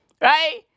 Right